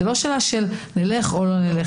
זו לא שאלה של נלך או נלך,